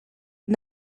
and